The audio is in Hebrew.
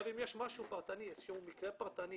אם יש משהו פרטני, איזה שהוא מקרה פרטני